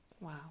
Wow